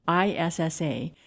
ISSA